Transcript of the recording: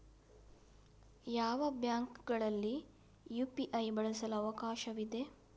ಯಾವ ಬ್ಯಾಂಕುಗಳಲ್ಲಿ ಯು.ಪಿ.ಐ ಬಳಸಲು ಅವಕಾಶವಿದೆ?